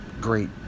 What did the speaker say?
great